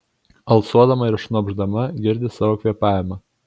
alsuodama ir šnopšdama girdi savo kvėpavimą